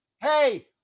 Hey